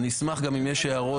ואני אשמח גם אם יש הערות.